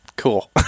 cool